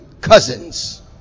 cousins